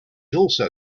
also